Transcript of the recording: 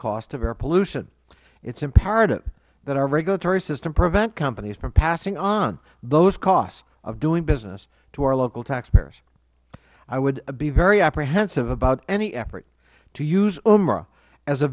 costs of air pollution it is imperative that our regulatory system prevent companies from passing on those costs of doing business to our local taxpayers i would be very apprehensive about any effort to use